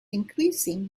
increasing